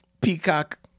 Peacock